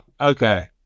okay